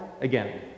again